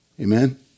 Amen